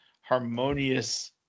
Harmonious